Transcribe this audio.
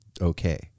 okay